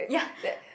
ya